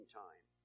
time